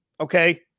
Okay